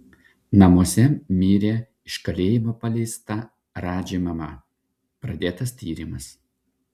namuose mirė iš kalėjimo paleista radži mama pradėtas tyrimas